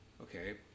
Okay